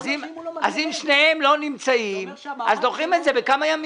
ואם שניהם לא נמצאים, דוחים את זה בכמה ימים.